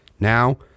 Now